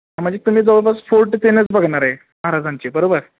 म्हणजे तुम्ही जवळपास फोर्ट त्यानंच बघणार आहे महाराजांचे बरोबर